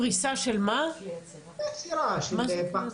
כלי אצירה של פחים,